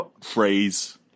phrase